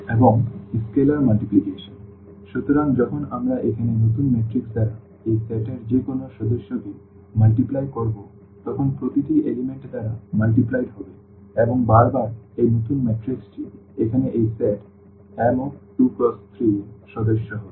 এবং scalar multiplication সুতরাং যখন আমরা এখানে নতুন ম্যাট্রিক্স দ্বারা এই সেট এর যে কোনও সদস্যকে গুণ করব তখন প্রতিটি উপাদান দ্বারা গুণিত হবে এবং বারবার এই নতুন ম্যাট্রিক্সটি এখানে এই সেট M2×3 এর সদস্য হবে